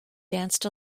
danced